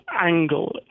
angle